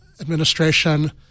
administration